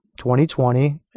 2020